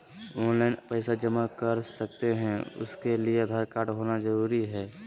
Online पैसा जमा कर सकते हैं उसके लिए आधार कार्ड होना जरूरी है?